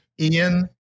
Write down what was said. ian